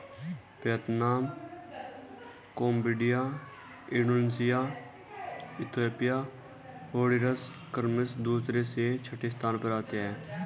Vietnam Cambodia Indonesia Ethiopia Honduras क्रमशः दूसरे से छठे स्थान पर आते हैं